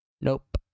Nope